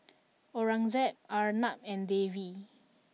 Aurangzeb Arnab and Devi